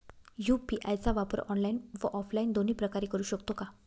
UPI चा वापर online व ऑफलाईन दोन्ही प्रकारे करु शकतो का?